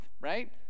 right